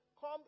Come